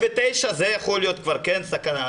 89% זה יכול להיות כבר כן סכנה,